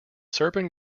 serpent